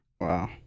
Wow